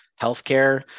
healthcare